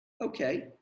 Okay